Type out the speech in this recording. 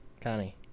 Connie